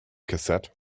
cassette